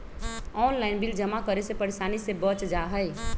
Online bill जमा करे से परेशानी से बच जाहई?